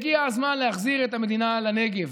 הגיע הזמן להחזיר את המדינה לנגב,